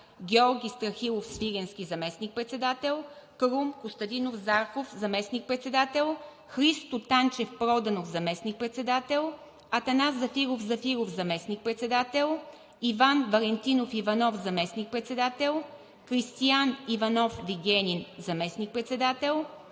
Георги Страхилов Свиленски – заместник-председател; Крум Костадинов Зарков – заместник-председател; Христо Танчев Проданов – заместник-председател; Атанас Зафиров Зафиров – заместник-председател; Иван Валентинов Иванов – заместник-председател; Кристиан Иванов Вигенин – заместник-председател;